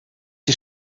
die